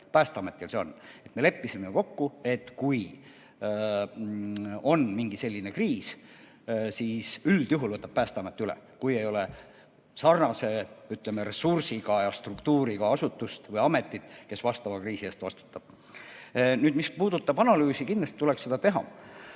Päästeametil see on. Me leppisime kokku, et kui on mingi selline kriis, siis üldjuhul võtab Päästeamet üle, kui ei ole, ütleme, sellise ressursiga ja struktuuriga asutust või ametit, kes konkreetse kriisi eest vastutab. Nüüd, mis puudutab analüüsi, siis kindlasti tuleks seda teha.